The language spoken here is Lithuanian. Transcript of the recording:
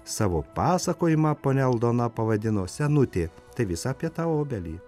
savo pasakojimą ponia aldona pavadino senutė tai vis apie tą obelį